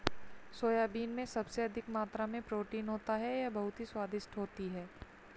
soybean में सबसे अधिक मात्रा में प्रोटीन होता है यह बहुत ही स्वादिष्ट होती हैं